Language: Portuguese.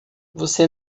você